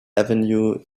avenue